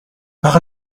par